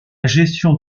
gestion